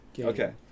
Okay